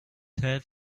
tell